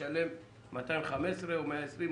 שלם 215 או 120,